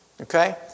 Okay